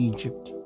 Egypt